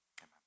amen